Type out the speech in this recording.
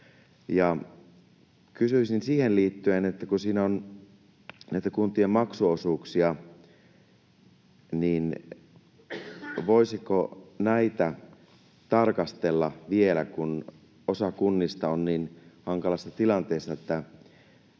Kysyisin siihen liittyen, että kun siinä on näitä kuntien maksuosuuksia, niin voisiko näitä tarkastella vielä, kun osa kunnista on niin hankalassa tilanteessa, että